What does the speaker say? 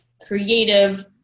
creative